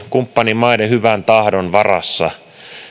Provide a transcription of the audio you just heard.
kumppanimaiden hyvän tahdon varassa